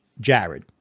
Jared